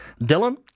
Dylan